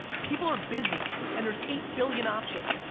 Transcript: people are busy and there's eight billion options.